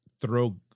throw